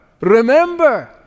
Remember